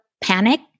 panic